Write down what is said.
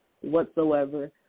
whatsoever